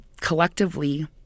collectively